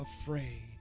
afraid